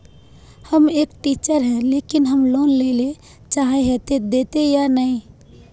हम एक टीचर है लेकिन हम लोन लेले चाहे है ते देते या नय?